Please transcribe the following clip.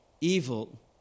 evil